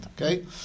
okay